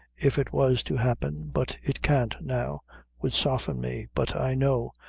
if it was to happen but it can't now would soften me but i know,